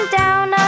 down